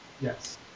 Yes